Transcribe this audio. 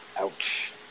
Ouch